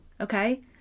okay